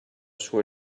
sua